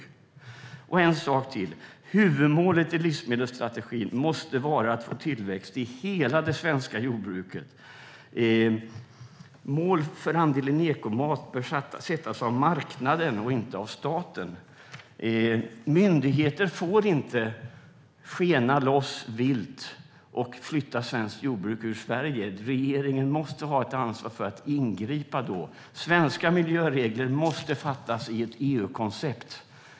Jag ska ta upp en sak till. Huvudmålet i livsmedelsstrategin måste vara att få tillväxt i hela det svenska jordbruket. Målet för andelen ekomat bör sättas av marknaden och inte av staten. Myndigheter får inte skena loss vilt och flytta svenskt jordbruk ut ur Sverige. Regeringen måste ha ett ansvar för att ingripa då. Beslut om svenska miljöregler måste fattas i ett EU-koncept.